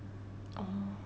oh